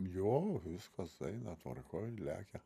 jo viskas eina tvarkoj lekia